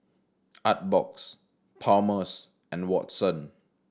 Artbox Palmer's and Watson